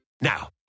Now